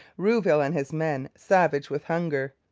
rouville and his men, savage with hunger,